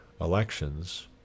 elections